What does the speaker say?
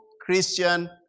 Christian